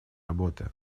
работы